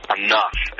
enough